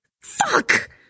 Fuck